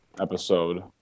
episode